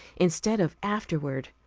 instead of afterward,